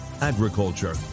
agriculture